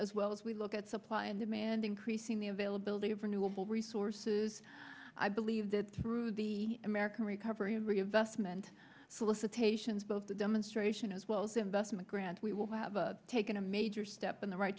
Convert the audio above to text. as well as we look at supply and demand increasing the availability of renewable resources i believe that through the american recovery and reinvestment solicitations both the demonstration as well as investment grant we will have taken a major step in the right